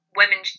women